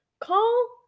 Call